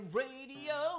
radio